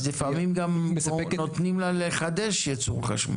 אז לפעמים גם נותנים לה לחדש ייצור חשמל.